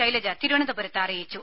ശൈലജ തിരുവനന്തപുരത്ത് അറിയിച്ചു